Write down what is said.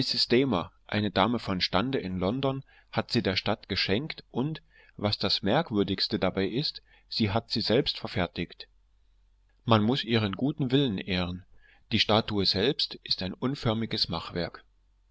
eine dame von stande in london hat sie der stadt geschenkt und was das merkwürdigste dabei ist sie hat sie selbst verfertigt man muß ihren guten willen ehren die statue selbst ist ein unförmiges machwerk